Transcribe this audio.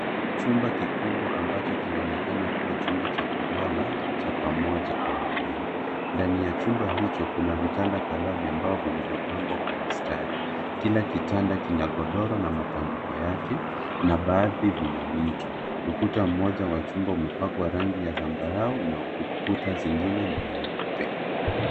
Chumba kikubwa ambacho kinaonekana kuwa chumba cha kulala, cha pamoja au mbweni. Ndani ya chumba hicho kuna vitanda kadhaa vya mbao vilivyo pangwa kwa mstari, kila kitanda kina gondoro na matandiko yake nabaadhi vinamito. Ukuta mmoja umepakwa rangi ya zambarau na ukuta zingine ni nyeupe.